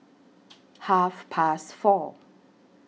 Half Past four